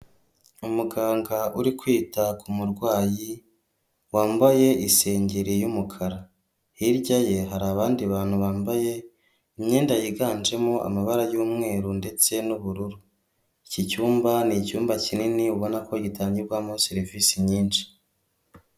Umuganga uri kwita ku murwayi wambaye isengeri y'umukara, hirya ye hari abandi bantu bambaye imyenda yiganjemo amabara y'umweru ndetse n'ubururu, iki cyumba ni icyumba kinini ubona ko gitangirwamo serivisi nyinshi.